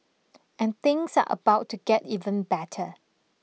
and things are about to get even better